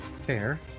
fair